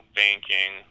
banking